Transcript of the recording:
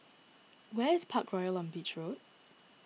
where is Parkroyal on Beach Road